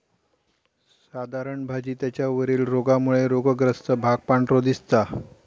साधारण भाजी त्याच्या वरील रोगामुळे रोगग्रस्त भाग पांढरो दिसता